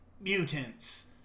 mutants